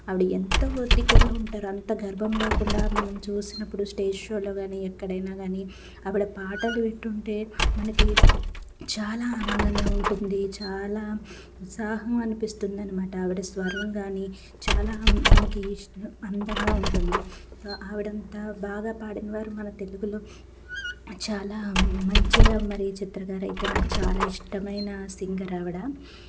ఆవిడ ఎంతో ఉంటారు అంత గర్వం లేకుండా మనం చూసినప్పుడు స్టేజ్ షోలో గాని ఎక్కడైనా కానీ ఆవిడ పాటలు వింటుంటే మనకి చాలా ఆనందంగా ఉంటుంది చాలా ఉత్సాహం అనిపిస్తుంది అనమాట ఆవిడ స్వరం కానీ చాలా మనకి అందంగా ఉంటుంది ఆవిడ అంతా బాగా పాడినవారు మన తెలుగులో చాలా మంచిగా మరి చిత్ర గారు అయితే నాకు చాలా ఇష్టమైన సింగర్ ఆవిడ